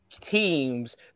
teams